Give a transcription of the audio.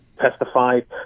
testified